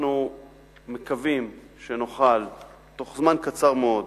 אנחנו מקווים שנוכל בתוך זמן קצר מאוד